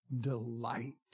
delight